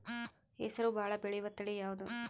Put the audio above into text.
ಹೆಸರು ಭಾಳ ಬೆಳೆಯುವತಳಿ ಯಾವದು?